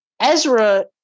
Ezra